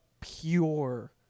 pure